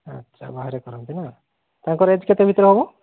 ଆଚ୍ଛା ବାହାରେ କରନ୍ତି ନା ତାଙ୍କର ଏଜ୍ କେତେ ଭିତରେ ହେବ